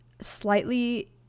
slightly